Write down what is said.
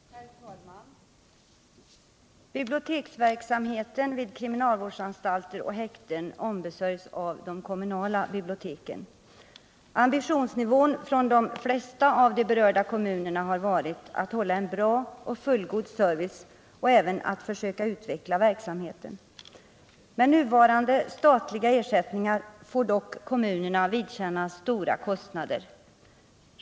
Herr talman! Biblioteksverksamheten vid kriminalvårdsanstalter och häkten ombesörjs av de kommunala biblioteken. Ambitionsnivån hos de flesta av de berörda kommunerna har varit att hålla en fullgod service och även att försöka utveckla verksamheten. Med nuvarande statliga ersättningar får dock kommunerna vidkännas stora kostnader.